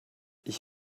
ich